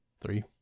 Three